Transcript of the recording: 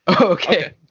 Okay